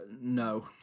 No